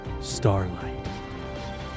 Starlight